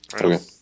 Okay